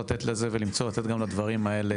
נצטרך לתת פה מענה גם לדברים האלה.